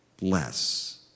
less